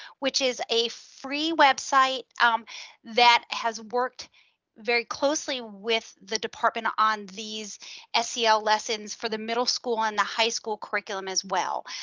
which is a free website that has worked very closely with the department on these sel lessons for the middle school and the high school curriculum as well.